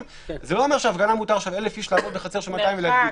זה לא אומר שמותרת הפגנה של 1,000 איש שעומדים בחצר של 200 ולהפגין.